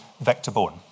vector-borne